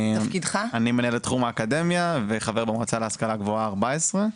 אני מנהל את תחום האקדמיה וחבר במועצה להשכלה גבוהה ארבע עשרה.